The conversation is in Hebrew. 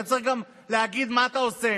אתה צריך גם להגיד מה אתה עושה.